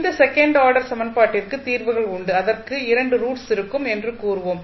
இந்த second order சமன்பாட்டிற்கு தீர்வு கண்டால் அதற்கு 2 ரூட்ஸ் இருக்கும் என்று கூறுவோம்